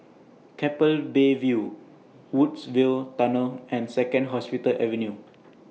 Keppel Bay View Woodsville Tunnel and Second Hospital Avenue